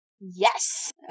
Yes